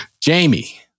Jamie